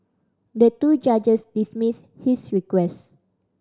the two judges dismissed his request